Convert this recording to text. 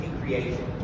creation